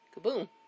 Kaboom